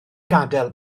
gadael